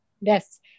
Yes